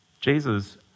Jesus